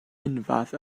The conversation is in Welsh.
unfath